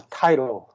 title